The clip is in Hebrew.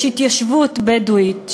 יש התיישבות בדואית.